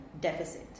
deficit